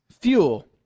fuel